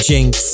Jinx